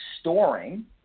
storing